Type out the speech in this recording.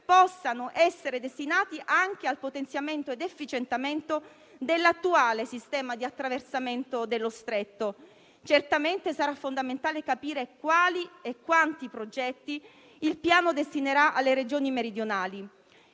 possano essere destinati anche al potenziamento ed efficientamento dell'attuale sistema di attraversamento dello Stretto. Certamente sarà fondamentale capire quali e quanti progetti il Piano destinerà alle Regioni meridionali.